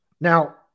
Now